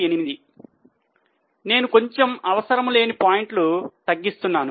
88 నేను కొంచెం అవసరం లేని పాయింట్లు తగ్గిస్తున్నాను